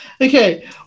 Okay